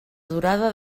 durada